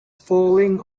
falling